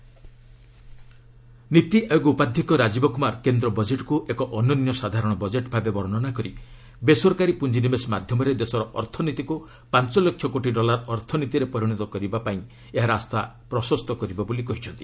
ନୀତି ଆୟୋଗ ବଜେଟ୍ ନୀତି ଆୟୋଗ ଉପାଧ୍ୟକ୍ଷ ରାଜୀବ କୁମାର କେନ୍ଦ୍ର ବଜେଟ୍କୁ ଏକ ଅନନ୍ୟ ସାଧାରଣ ବଜେଟ୍ ଭାବେ ବର୍ଷନା କରି ବେସରକାରୀ ପ୍ରଞ୍ଜିନିବେଶ ମାଧ୍ୟମରେ ଦେଶର ଅର୍ଥନୀତିକୁ ପାଞ୍ଚ ଲକ୍ଷ କୋଟି ଡଲାର ଅର୍ଥନୀତିରେ ପରିଣତ କରିବା ପାଇଁ ଏହା ରାସ୍ତା ପ୍ରଶସ୍ତ କରିବ ବୋଲି କହିଛନ୍ତି